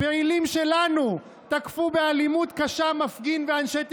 פעילים שלנו תקפו באלימות קשה מפגין ואנשי תקשורת?